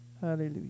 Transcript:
Hallelujah